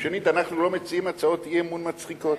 שנית, אנחנו לא מציעים הצעות אי-אמון מצחיקות.